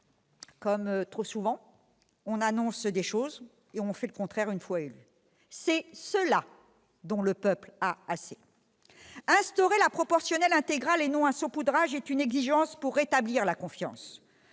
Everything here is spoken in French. Comme trop souvent, on annonce des choses et on fait le contraire une fois élu. C'est de cela que le peuple a assez. Instaurer la proportionnelle intégrale et non un saupoudrage est une exigence pour rétablir la confiance.